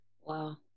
wow